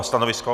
Stanovisko?